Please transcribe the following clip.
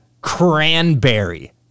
Cranberry